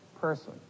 person